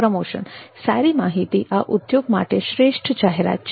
promotion સારી માહિતી આ ઉદ્યોગ માટે શ્રેષ્ઠ જાહેરાત છે